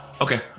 Okay